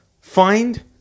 find